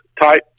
type